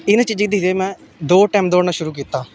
इ'नें चीजें गी दिखदे होई में दो टैम दौड़ना शुरू कीता